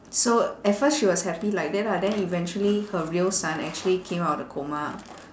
so at first she was happy like that lah then eventually her real son actually came out of the coma